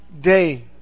day